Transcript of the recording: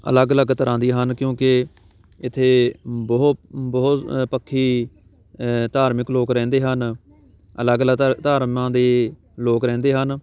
ਅਲੱਗ ਅਲੱਗ ਤਰ੍ਹਾਂ ਦੀਆਂ ਹਨ ਕਿਉਂਕਿ ਇੱਥੇ ਬਹੁ ਬਹੁ ਪੱਖੀ ਧਾਰਮਿਕ ਲੋਕ ਰਹਿੰਦੇ ਹਨ ਅਲੱਗ ਅਲੱਗ ਧ ਧਰਮਾਂ ਦੇ ਲੋਕ ਰਹਿੰਦੇ ਹਨ